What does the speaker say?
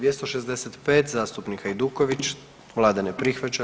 265. zastupnik Hajduković, vlada ne prihvaća.